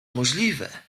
możliwe